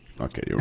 Okay